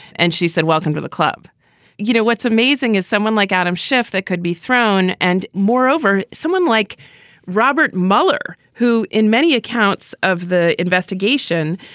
and she said, welcome to the club you know what's amazing is someone like adam schiff that could be thrown and moreover, someone like robert mueller, who in many accounts of the investigation.